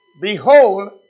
Behold